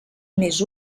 més